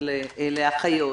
לאחיות